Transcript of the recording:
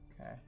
Okay